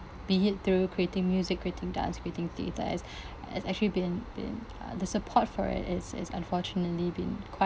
be it through creating music creating dance creating theatre as as actually been been uh the support for it is is unfortunately been